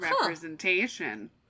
representation